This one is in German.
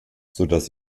sodass